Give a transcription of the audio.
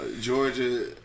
Georgia